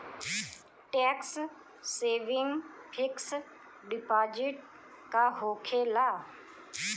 Tax saving fix deposit का होखे ला?